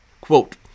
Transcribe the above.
Quote